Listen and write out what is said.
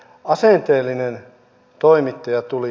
asenteellinen toimittaja tuli